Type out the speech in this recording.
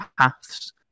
paths